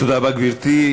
תודה רבה, גברתי.